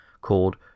called